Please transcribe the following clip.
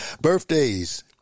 Birthdays